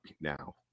now